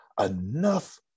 enough